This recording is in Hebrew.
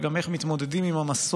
וגם איך מתמודדים עם המסורות